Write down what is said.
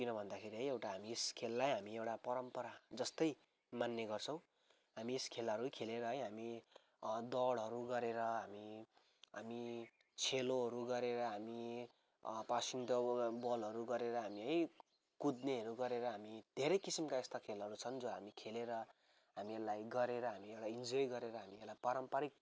किन भन्दाखेरि है एउटा हामी यस खेललाई हामी एउटा परम्परा जस्तै मान्ने गर्छौँ हामी यस खेलहरू खेलेर हामी दौडहरू गरेर हामी हामी छेलोहरू गरेर हामी पासिङ द बलहरू गरेर हामी है कुद्नेहरू गरेर हामी धेरै किसिमका यस्ता खेलहरू छन् जो हामी खेलेर हामी यसलाई गरेर हामी यसलाई इन्जोय गरेर पारम्परिक